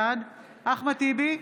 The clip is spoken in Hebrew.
בעד אחמד טיבי,